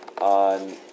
on